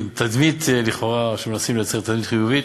בתדמית, לכאורה, שהם מנסים לייצר תדמית חיובית.